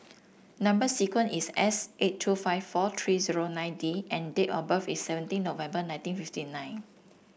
number sequence is S eight two five four three zero nine D and date of birth is seventeen November nineteen fifty nine